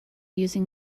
using